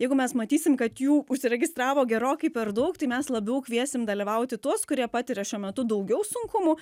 jeigu mes matysim kad jų užsiregistravo gerokai per daug tai mes labiau kviesim dalyvauti tuos kurie patiria šiuo metu daugiau sunkumų